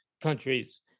countries